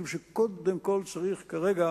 משום שקודם כול צריך כרגע